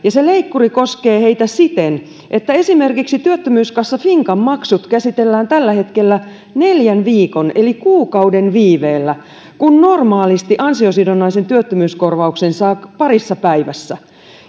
se leikkuri koskee heitä siten että esimerkiksi työttömyyskassa finkan maksut käsitellään tällä hetkellä neljän viikon eli kuukauden viiveellä kun normaalisti ansiosidonnaisen työttömyyskorvauksen saa parissa päivässä